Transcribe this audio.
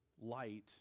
light